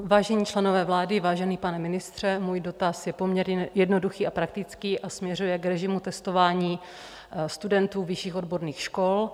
Vážení členové vlády, vážený pane ministře, můj dotaz je poměrně jednoduchý a praktický a směřuje k režimu testování studentů vyšších odborných škol.